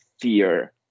fear